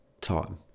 time